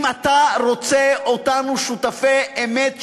אם אתה רוצה אותנו שותפי אמת שלך,